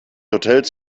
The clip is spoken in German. hotels